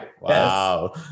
Wow